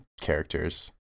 characters